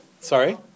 Sorry